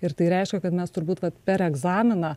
ir tai reiškia kad mes turbūt kad per egzaminą